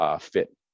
fit